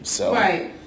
Right